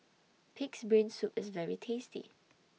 Pig'S Brain Soup IS very tasty